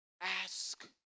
ask